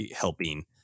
helping